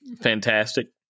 fantastic